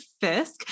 Fisk